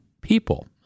people